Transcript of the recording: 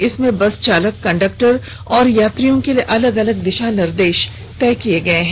इसमें बस चालक कंडक्टर और यात्रियों के लिए अलग अलग दिशा निर्देश तय किए गए हैं